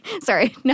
Sorry